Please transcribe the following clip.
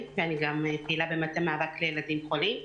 ואני גם פעילה במטה מאבק לילדים חולים.